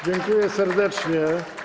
Dziękuję serdecznie.